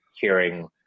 hearing